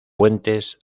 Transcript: puentes